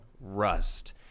rust